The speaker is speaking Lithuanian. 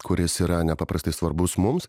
kuris yra nepaprastai svarbus mums